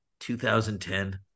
2010